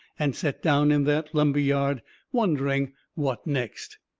and set down in that lumber yard wondering what next.